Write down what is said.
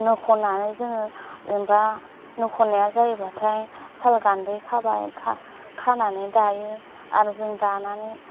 नो खननानै जोङो जेनेबा नो खननाया जायोबाथाय साल गान्दै खाबाय खानानै दायो आरो जों दानानै